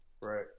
Right